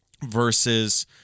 versus